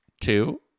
Two